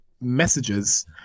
messages